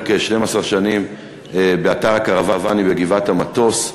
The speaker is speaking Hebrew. כ-12 שנים באתר הקרוונים בגבעת-המטוס,